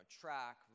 track